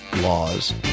laws